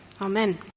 Amen